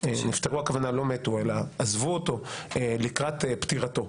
כלומר עזבו אותו לקראת פטירתו.